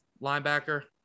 linebacker